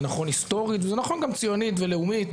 זה נכון היסטורית וזה נכון גם ציונית ולאומית.